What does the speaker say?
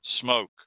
smoke